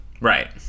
Right